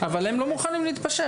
אבל הם לא מוכנים להתפשר.